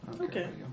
Okay